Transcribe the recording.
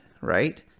right